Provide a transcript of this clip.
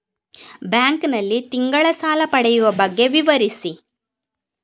Bank ನಲ್ಲಿ ತಿಂಗಳ ಸಾಲ ಪಡೆಯುವ ಬಗ್ಗೆ ವಿವರಿಸಿ?